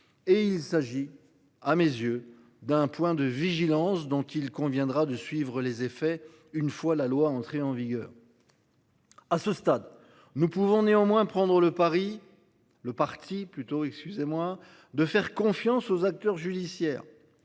Et il s'agit, à mes yeux d'un point de vigilance dont il conviendra de suivre les effets. Une fois la loi entrée en vigueur. À ce stade, nous pouvons néanmoins prendre le pari. Le Parti plutôt excusez-moi de faire confiance aux acteurs judiciaires